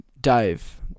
Dave